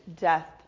death